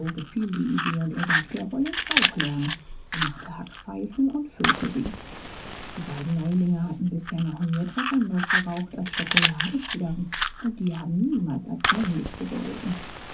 gefiel die idee und er sagte er wolle es auch lernen so machte huck pfeifen und füllte sie die beiden neulinge hatten bisher noch nie etwas anderes geraucht als schokoladezigarren und die haben niemals als männlich gegolten